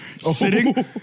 Sitting